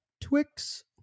twix